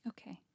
Okay